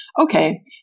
Okay